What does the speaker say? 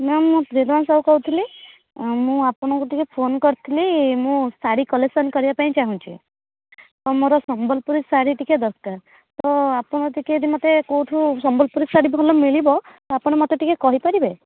ma'am ମୁଁ ସାହୁ କହୁଥିଲି ମୁଁ ଆପଣଙ୍କୁ ଟିକେ ଫୋନ କରିଥିଲି ମୁଁ ଶାଢ଼ୀ କଲେକ୍ସନ କରିବାକୁ ଚାଁହୁଛି ତ ମୋର ସମ୍ୱଲପୁରୀ ଶାଢ଼ୀ ଟିକେ ଦରକାର ତ ଆପଣ ଯଦି ଟିକେ ମୋତେ କେଉଁଠି ସମ୍ବଲପୁରୀ ଶାଢ଼ୀ ଭଲ ମିଳିବ ଆପଣ ମତେ ଟିକେ କହିପାରିବେ